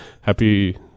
happy